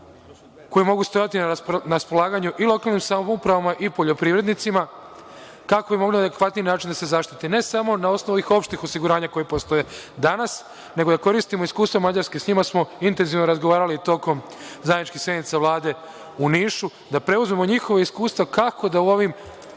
koji mogu stajati na raspolaganju i lokalnim samoupravama i poljoprivrednicima, kako mogu na adekvatniji način da se zaštite. Ne samo na osnovu ovih opštih osiguranja koja postoje danas, nego i da koristimo iskustvo Mađarske, sa njima smo intenzivno razgovarali tokom zajedničkih sednica Vlade u Nišu, da preuzmemo njihova iskustva kako da u ovim